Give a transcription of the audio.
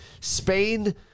Spain